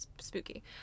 Spooky